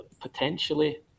Potentially